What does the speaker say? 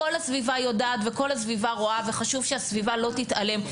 כל הסביבה יודעת וכל הסביבה רואה וחשוב שהסביבה לא תתעלם.